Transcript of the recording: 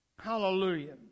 Hallelujah